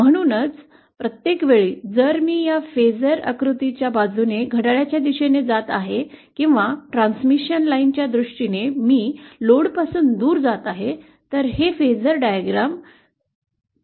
म्हणूनच प्रत्येक वेळी जर मी या फॅसर आकृती च्या बाजूने जात आहे तर घड्याळाच्या दिशेने जात आहे किंवा ट्रांसमिशन लाइनच्या दृष्टीने मी लोडपासून दूर जात आहे तर ते या फॅसरआकृत्यावर घड्याळाच्या दिशेने प्रवास करते